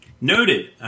Noted